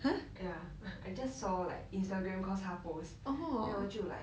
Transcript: ya I just saw like Instagram cause 他 post then 我就 like